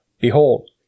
Behold